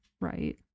right